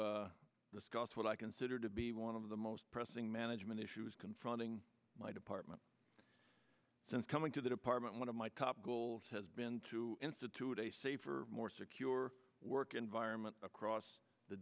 to discuss what i consider to be one of the most pressing management issues confronting my department since coming to the department one of my top goals has been to institute a safer more secure work environment across the